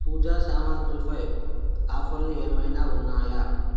పూజా సామగ్రిపై ఆఫర్లు ఏమైనా ఉన్నాయా